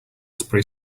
spray